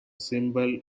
symbol